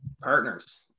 partners